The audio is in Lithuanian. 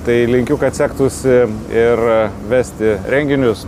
tai linkiu kad sektųsi ir vesti renginius